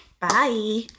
Bye